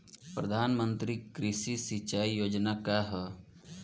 प्रधानमंत्री कृषि सिंचाई योजना का ह?